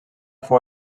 fou